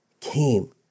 came